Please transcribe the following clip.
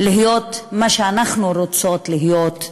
להיות מה שאנחנו רוצות להיות,